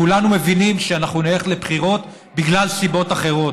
כולנו מבינים שאנחנו נלך לבחירות בגלל סיבות אחרות,